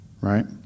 right